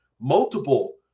multiple